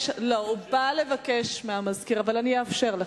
הוא בא לבקש מהמזכיר, אבל אני אאפשר לך.